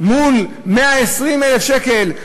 מול 120,000 שקל,